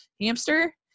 hamster